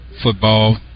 football